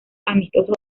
amistosos